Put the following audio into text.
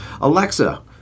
Alexa